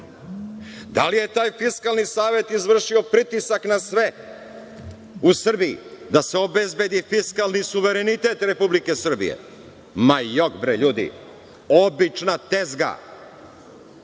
Da li je taj Fiskalni savet izvršio pritisak na sve u Srbiji da se obezbedi fiskalni suverenitet Republike Srbije? Ma jok, bre, ljudi, obična tezga